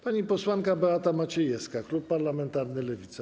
Pani posłanka Beata Maciejewska, Klub Parlamentarny Lewica.